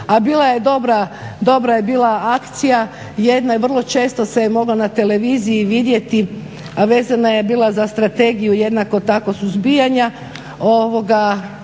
dobra je bila akcija jedne, vrlo često se je mogla na televiziji vidjeti, a vezana je bila strategiju jednako tako suzbijanja, slika